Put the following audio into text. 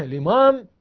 ah imam